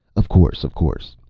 of course, of course.